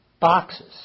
boxes